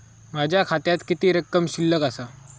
माझ्या खात्यात किती रक्कम शिल्लक आसा?